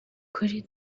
kuri